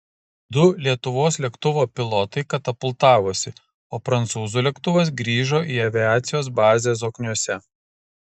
du lietuvos lėktuvo pilotai katapultavosi o prancūzų lėktuvas grįžo į aviacijos bazę zokniuose